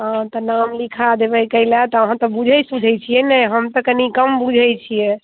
आओर तऽ नाम लिखा देबै कै ला तऽ अहाँ तऽ बूझैत सूझैत छियै ने हम तऽ कनि कम बुझैत छियै